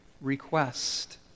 request